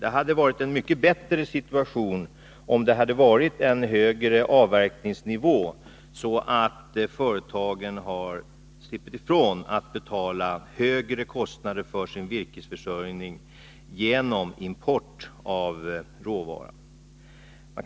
Det hade varit en mycket bättre situation, om det hade varit en högre avverkningsnivå, så att företagen hade sluppit högre kostnader för sin virkesförsörjning på grund av att råvaran måste importeras.